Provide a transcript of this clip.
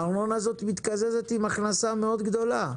הארנונה הזאת מתקזזת עם הכנסה מאוד גדולה.